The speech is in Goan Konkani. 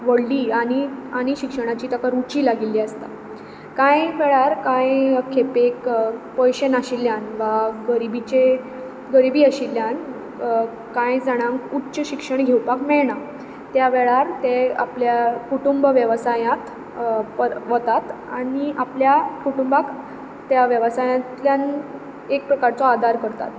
व्हडली आनी आनी शिक्षणाची ताका रुची लागिल्ली आसता कांय वेळार कांय खेपेक पयशे नाशिल्ल्यान वा गरीबीचे गरीबी आशिल्ल्यान कांय जाणांक उच्च शिक्षण घेवपाक मेळना त्या वेळार ते आपल्या कुटूंब वेवसायांत प्र वतात आनी आपल्या कुटूंबाक त्या वेवसायांतल्यान एक प्रकारचो आदार करतात